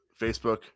Facebook